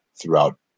throughout